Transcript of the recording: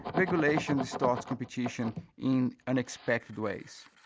regulation distorts competition in unexpected ways,